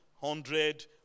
hundred